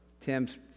Tim's